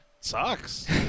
sucks